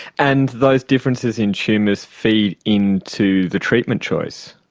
and those differences in tumours feed into the treatment choice.